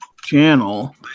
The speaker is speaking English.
channel